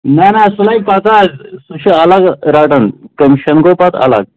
نَہ نَہ سُہ لَگہِ پَتہٕ حظ سُہ چھِ الگ رَٹُن کٔمِشَن گوٚو پتہٕ الگ